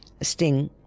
sting